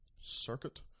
circuit